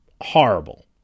horrible